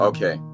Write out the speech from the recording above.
Okay